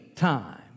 Time